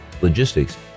logistics